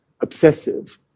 obsessive